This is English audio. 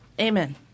Amen